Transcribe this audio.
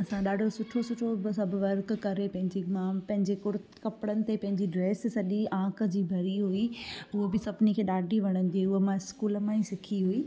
असां ॾाढो सुठो सुठो ब सभु वर्क करे पंहिंजी मां पंहिंजी कुर कपिड़ा ते पंहिंजी ड्रेस सॼी आंक जी भरी हुई उहो बि सभिनी खे ॾाढी वणंदी उहो मां स्कूल मां ई सिखी हुई